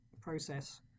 process